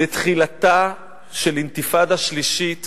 על תחילתה של אינתיפאדה שלישית